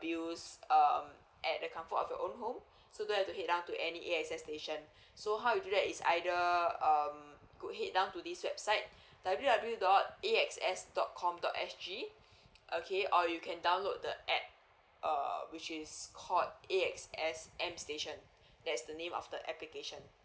bills um at the comfort of your own home so you don't have to head down to any A X S station so how you do that is either um go head down to this website W W dot A X S dot com dot S G okay or you can download the app uh which is called A X S m station that's the name of the application